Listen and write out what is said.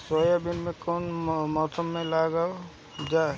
Soybean कौने मौसम में लगावल जा?